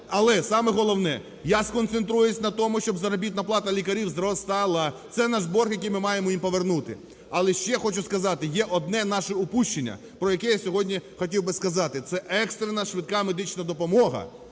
Але саме головне: я сконцентруюсь на тому, щоб заробітна плата лікарів зростала – це наш борг, який ми маємо їм повернути. Але ще хочу сказати, є одне наше упущення, про яке я хотів би сказати, це екстрена швидка медична допомога.